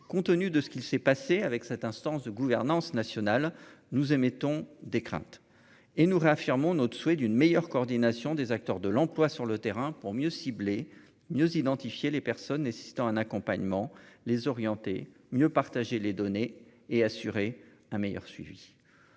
compte tenu de ce qu'il s'est passé avec cette instance de gouvernance nationale nous émettons des craintes et nous réaffirmons notre souhait d'une meilleure coordination des acteurs de l'emploi sur le terrain pour mieux cibler, mieux identifier les personnes nécessitant un accompagnement les orienter mieux partager les données et assurer un meilleur suivi,